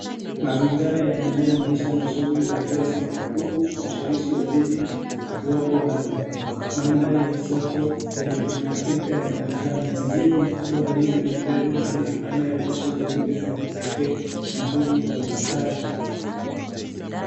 Mazingira yanajaa maisha na shughuli za kila siku huku ushawishi wa jiji ukiwapo wazi. Maandhari ya soko yenye pilkpilka yanaonekana. Mzigo mkubwa wa ndizi umebebwa na mtu anayeonyesha juhudi za kipekee na nguvu za ustadi.